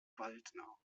waldner